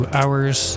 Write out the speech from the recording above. hours